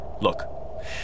Look